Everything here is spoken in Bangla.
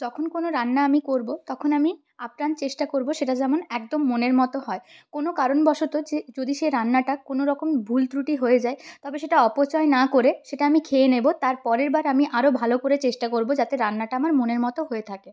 যখন কোনও রান্না আমি করব তখন আমি আপ্রাণ চেষ্টা করব সেটা যেমন একদম মনের মতো হয় কোনও কারণবশত যে যদি সে রান্নাটা কোনও রকম ভুল ত্রুটি হয়ে যায় তবে সেটা অপচয় না করে সেটা আমি খেয়ে নেব তার পরেরবার আমি আরও ভালো করে চেষ্টা করব যাতে রান্নাটা আমার মনের মতো হয়ে থাকে